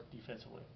defensively